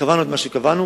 קבענו את מה שקבענו.